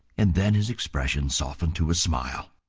and then his expression softened to a smile.